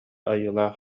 айылаах